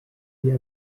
dia